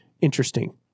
interesting